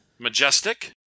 majestic